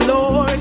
Lord